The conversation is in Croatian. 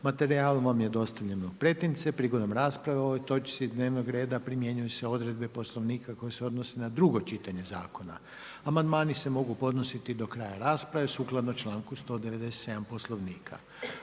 Materijal je dostavljen u pretince. Prigodom rasprave o ovoj točki dnevnog reda primjenjuju se odredbe Poslovnika koje se odnose na drugo čitanje zakona. Amandmani se mogu podnositi do kraja rasprave sukladno članku 197. Poslovnika.